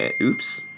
Oops